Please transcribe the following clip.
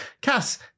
Cass